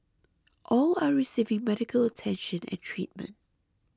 all are receiving medical attention and treatment